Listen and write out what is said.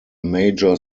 major